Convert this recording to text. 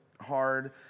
hard